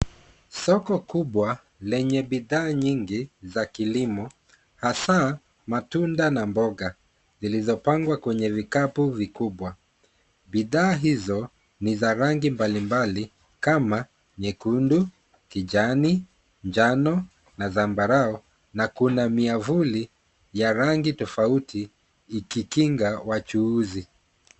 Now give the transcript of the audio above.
Soko kubwa lenye bidhaa nyingi za kilimo, hasa matunda na mboga zilizopangwa kwenye vikapu vikubwa, bidhaa hizi ni za mbalimbali kama nyekundu, kijani, njano na zambarau na kuna miavuli ya rangi tofauti, ikikinga wachuuzi.